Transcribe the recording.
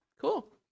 cool